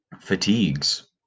fatigues